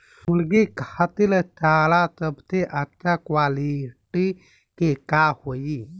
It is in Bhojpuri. मुर्गी खातिर चारा सबसे अच्छा क्वालिटी के का होई?